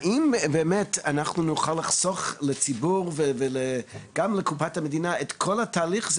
האם באמת אנחנו נוכל לחסוך לציבור וגם לקופת המדינה את כל התהליך הזה?